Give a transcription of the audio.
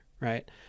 right